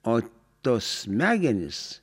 o tos smegenys